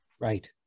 Right